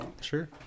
Sure